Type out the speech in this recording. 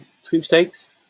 sweepstakes